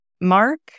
mark